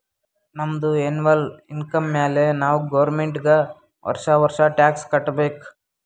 ನಮ್ದು ಎನ್ನವಲ್ ಇನ್ಕಮ್ ಮ್ಯಾಲೆ ನಾವ್ ಗೌರ್ಮೆಂಟ್ಗ್ ವರ್ಷಾ ವರ್ಷಾ ಟ್ಯಾಕ್ಸ್ ಕಟ್ಟಬೇಕ್